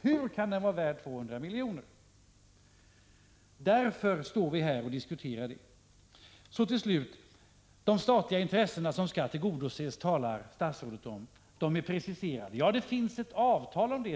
Hur kan denna andel vara värd 200 milj.kr.? — Därför står vi här och diskuterar. Så till slut: De statliga intressena som skall tillgodoses, säger statsrådet, är preciserade. Ja, det finns t.o.m. avtal om det.